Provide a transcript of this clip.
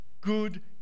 good